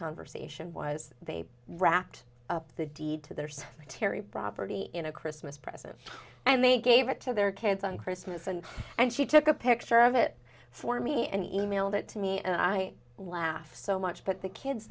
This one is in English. conversation was they wrapped up the deed to theirs terry property in a christmas present and they gave it to their kids on christmas and and she took a picture of it for me and e mailed it to me and i laugh so much but the kids